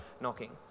knocking